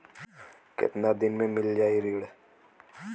कितना दिन में मील जाई ऋण?